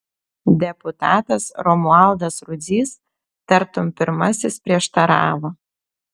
deputatas romualdas rudzys tartum pirmasis prieštaravo